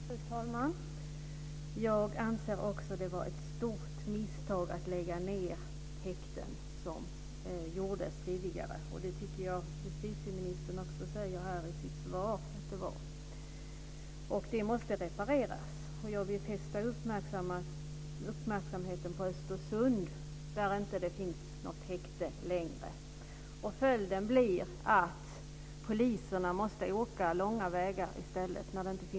Fru talman! Jag anser också att det var ett stort misstag att lägga ned häkten så som det gjordes tidigare. Justitieministern säger också det i sitt svar. Det måste repareras. Jag vill fästa uppmärksamheten på Östersund där det inte finns något häkte längre. Följden blir att poliserna måste åka långa vägar.